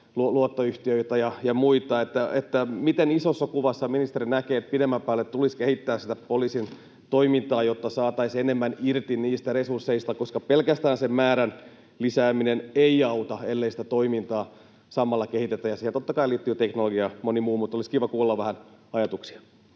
luottoyhtiöitä ja muita. Miten isossa kuvassa ministeri näkee, että pidemmän päälle tulisi kehittää poliisin toimintaa, jotta saataisiin enemmän irti niistä resursseista? Pelkästään määrän lisääminen ei auta, ellei sitä toimintaa samalla kehitetä, ja siihen totta kai liittyy teknologia ja moni muu, mutta olisi kiva kuulla vähän ajatuksia.